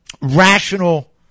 rational